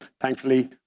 Thankfully